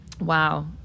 wow